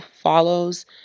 follows